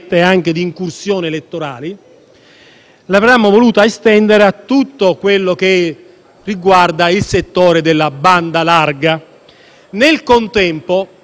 l'avremmo voluta estendere a tutto ciò che riguarda il settore della banda larga. Nel contempo - lo dico ai colleghi parlamentari